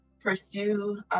pursue